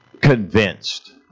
convinced